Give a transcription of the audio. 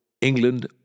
England